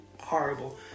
horrible